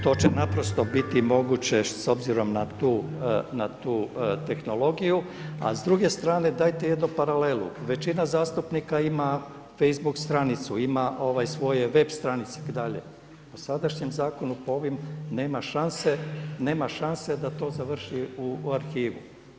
To će naprosto biti moguće s obzirom na tu tehnologiju a s druge strane dajte jednu paralelu, većina zastupnika ima Facebook stranicu, ima svoje web stranice itd., u sadašnjem zakonu po ovim nema šanse da to završi u arhivu.